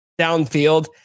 downfield